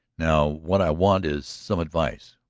now, what i want is some advice.